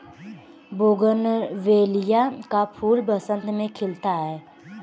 bougainvillea का फूल बसंत में खिलता है